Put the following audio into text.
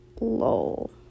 lol